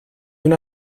una